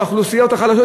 זה האוכלוסיות החלשות,